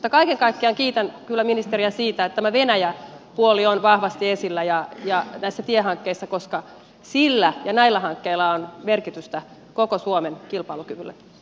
mutta kaiken kaikkiaan kiitän kyllä ministeriä siitä että tämä venäjä puoli on vahvasti esillä näissä tiehankkeissa koska sillä ja näillä hankkeilla on merkitystä koko suomen kilpailukyvylle